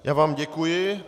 Já vám děkuji.